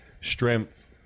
strength